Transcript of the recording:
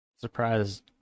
Surprised